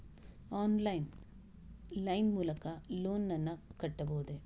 Online line ಮೂಲಕ loan ನನ್ನ ಕಟ್ಟಬಹುದೇ?